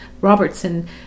Robertson